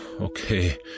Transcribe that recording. okay